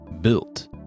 built